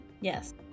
yes